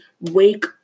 wake